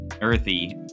Earthy